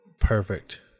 perfect